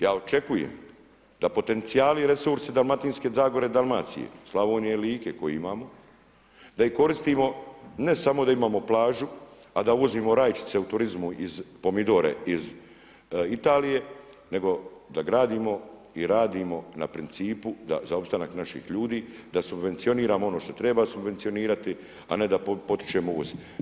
Ja očekujem da potencijali i resursi Dalmatinske zagore, Dalmacije, Slavonije i Like koje imamo da ih koristimo ne samo da imamo plažu, a da uvozimo rajčice u turizmu pomidore iz Italije, nego da gradimo i radimo na principu za opstanak naših ljudi, da subvencioniramo ono što treba subvencionirati, a ne da potičemo uvoz.